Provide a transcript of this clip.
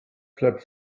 flap